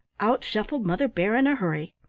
out shuffled mother bear in a hurry.